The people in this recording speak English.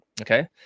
okay